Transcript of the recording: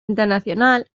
internacional